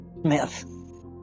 Smith